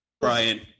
Brian